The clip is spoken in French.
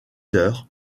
heures